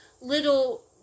little